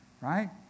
right